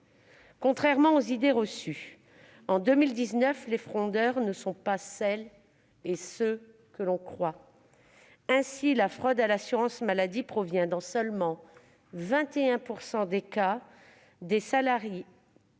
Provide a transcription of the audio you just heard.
Contrairement aux idées reçues, en 2019, les fraudeurs ne sont pas celles et ceux que l'on croit. Ainsi, la fraude à l'assurance maladie provient, dans seulement 21 % des cas, des salariés